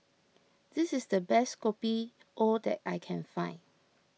this is the best Kopi O that I can find